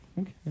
Okay